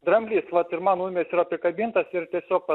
dramblys vat ir mano numeris yra prikabintas ir tiesiog vat